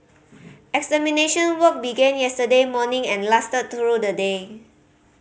extermination work begin yesterday morning and lasted through the day